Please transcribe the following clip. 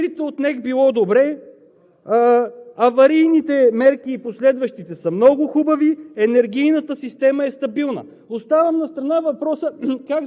Енергетиката – управлението на язовирите от НЕК било добре, аварийните мерки и последващите са много хубави,